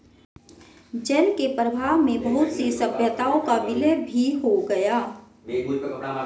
जल के प्रवाह में बहुत सी सभ्यताओं का विलय भी हो गया